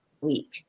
week